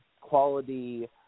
quality